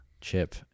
chip